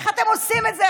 איך אתם עושים את זה?